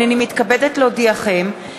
הנני מתכבד להודיעכם,